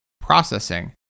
processing